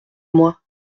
moi